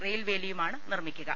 rail വേലിയുമാണ് നിർമ്മിക്കുക